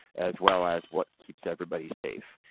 as well as what keeps everybody safe.